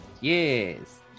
yes